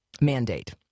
mandate